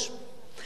נא לסכם.